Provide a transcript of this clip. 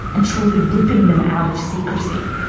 and truly ripping them out of secrecy,